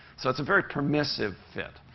so it's a very permissive fit.